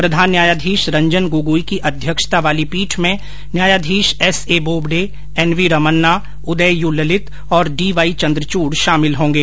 प्रधान न्यायाधीश रंजन गोगोई की अध्यक्षता वाली पीठ में न्यायमूर्ति S A Bobde N V Ramana Uday you Lalit और डीवाईचंद्रचूड़ शामिल होंगे